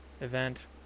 event